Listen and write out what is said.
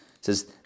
says